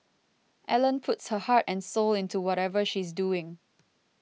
Ellen puts her heart and soul into whatever she's doing